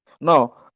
now